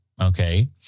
Okay